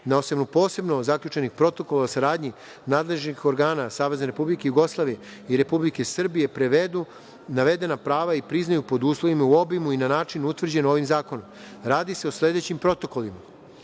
na osnovu posebno zaključenih protokola o saradnji nadležnih organa SRJ i Republike Srbije, prevedu navedena prava i priznaju pod uslovima, u obimu i na način utvrđen ovim zakonom. Radi se o sledećim protokolima: